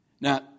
Now